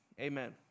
Amen